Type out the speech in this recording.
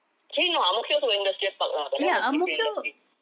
actually no ah ang mo kio also got industrial park lah but that one is different industry